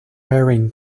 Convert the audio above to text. burying